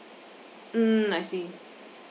mm I see